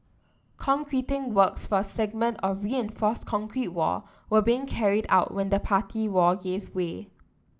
concreting works for a segment of reinforced concrete wall were being carried out when the party wall gave way